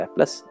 Plus